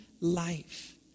life